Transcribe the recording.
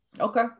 Okay